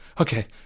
Okay